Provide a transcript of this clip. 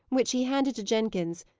which he handed to jenkins,